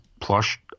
plush